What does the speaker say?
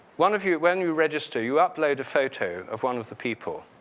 one of you, when you register, you upload a photo of one of the people.